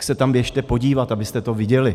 Tak se tam běžte podívat, abyste to viděli.